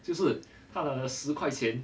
就是他的那十块钱